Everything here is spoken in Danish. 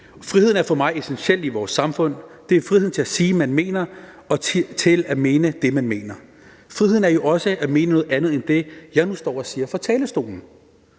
Friheden er for mig essentiel i vores samfund. Det er friheden til at sige, hvad man mener, og til at mene det, man mener. Friheden er jo også at mene noget andet end det, jeg nu står og siger fra talerstolen.